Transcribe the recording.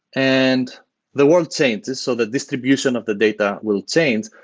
and the world changes, so the distribution of the data will change.